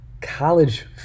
college